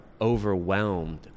overwhelmed